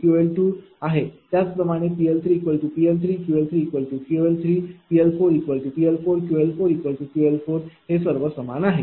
याप्रमाणेच PL3PL3 QL3QL3 PL4PL4QL4QLहे सर्व समान आहेत